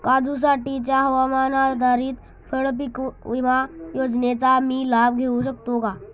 काजूसाठीच्या हवामान आधारित फळपीक विमा योजनेचा मी लाभ घेऊ शकतो का?